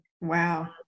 Wow